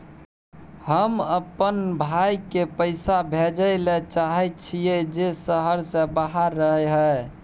हम अपन भाई के पैसा भेजय ले चाहय छियै जे शहर से बाहर रहय हय